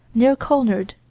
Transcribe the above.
near clonard,